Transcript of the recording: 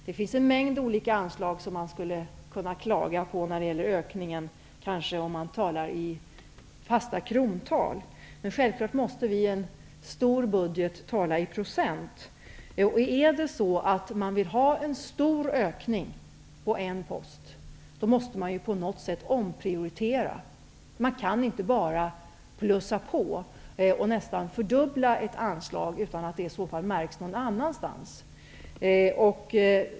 Det finns en mängd olika anslag man skulle kunna klaga på när det gäller ökningen om man talar i fasta krontal. Men självklart måste vi i en stor budget tala i procent. Vill man ha en stor ökning på en post måste man på något sätt omprioritera. Man kan inte bara plussa på och nästan fördubbla ett anslag utan att det märks någon annanstans.